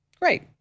Great